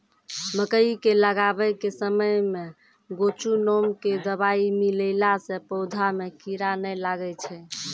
मकई के लगाबै के समय मे गोचु नाम के दवाई मिलैला से पौधा मे कीड़ा नैय लागै छै?